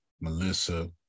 Melissa